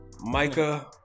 Micah